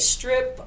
Strip